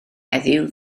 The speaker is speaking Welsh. heddiw